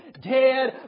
dead